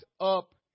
up